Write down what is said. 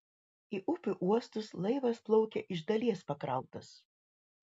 į upių uostus laivas plaukia iš dalies pakrautas